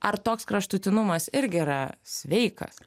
ar toks kraštutinumas irgi yra sveikas